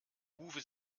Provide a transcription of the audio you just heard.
uwe